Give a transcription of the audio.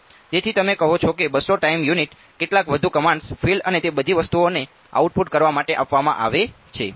તેથી તમે કહો છો કે 200 ટાઈમ યુનિટ કેટલાક વધુ કમાંડસ ફીલ્ડ્સ અને તે બધી વસ્તુઓને આઉટપુટ કરવા માટે આપવામાં આવે છે